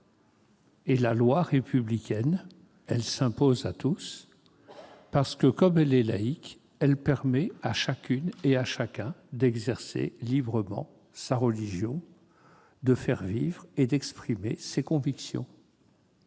La loi républicaine s'impose à tous parce que, laïque, elle permet à chacune et à chacun d'exercer librement sa religion, de faire vivre et d'exprimer ses convictions.